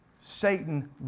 Satan